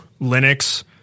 Linux